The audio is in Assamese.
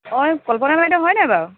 অঁ এই কল্পনা বাইদেউ হয় নাই বাৰু